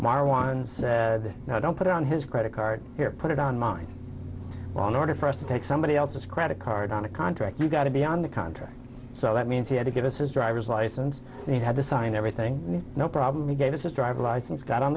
marwan said no don't put it on his credit card here put it on mine well in order for us to take somebody else's credit card on a contract you got to be on the contract so that means he had to give us his driver's license and he had to sign everything no problem he gave us his driver's license got on